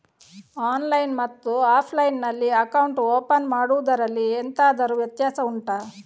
online ಮತ್ತು offline ನಲ್ಲಿ account open ಮಾಡುವುದರಲ್ಲಿ ಎಂತಾದರು ವ್ಯತ್ಯಾಸ ಉಂಟಾ